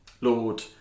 Lord